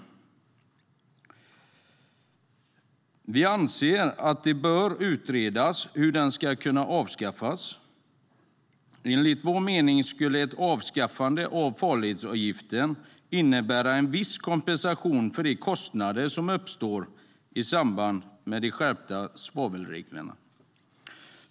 Sverigedemokraterna anser att det bör utredas hur avgiften kan avskaffas. Enligt vår mening skulle ett avskaffande av farledsavgiften innebära en viss kompensation för de kostnader som har uppstått i samband med de skärpta svavelreglerna.